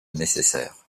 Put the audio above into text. nécessaire